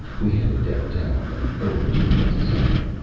we headed downtown and over to the west side.